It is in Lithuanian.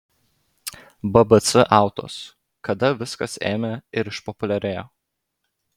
bbc autos kada viskas ėmė ir išpopuliarėjo